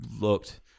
looked